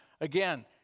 again